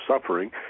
suffering